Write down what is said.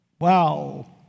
Wow